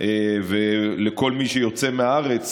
לכל מי שיוצא מהארץ.